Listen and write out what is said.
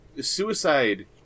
suicide